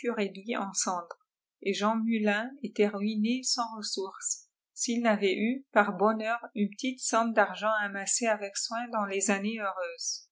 cendres et jean muuin était ruiné sanà ressourcé s il ti'àvàit wy pt boiiheur une petite somme d'argent amasièç avec soin dans les années heureuses